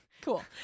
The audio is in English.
Cool